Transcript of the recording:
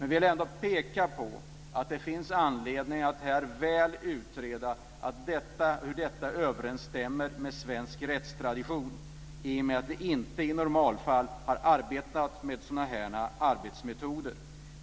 Vi vill ändå peka på att det finns anledning att väl utreda hur detta överensstämmer med svensk rättstradition i och med att vi inte i normalfall har arbetat med sådana här arbetsmetoder.